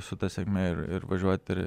su ta sėkme ir ir važiuoti ir